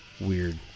weird